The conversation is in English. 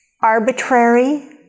arbitrary